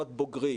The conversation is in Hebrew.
בוגרים.